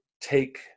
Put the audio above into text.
take